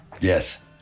Yes